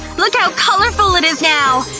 look how colorful it is now!